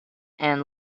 and